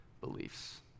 beliefs